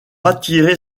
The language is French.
attirer